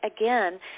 again